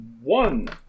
one